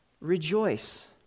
Rejoice